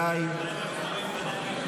די, די, די.